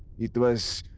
it was.